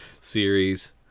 series